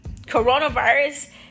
Coronavirus